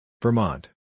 Vermont